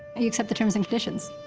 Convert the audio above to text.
you accept the terms and conditions.